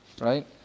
right